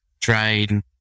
train